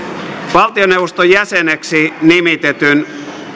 valtioneuvoston jäseneksi nimitetyn